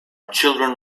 children